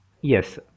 yes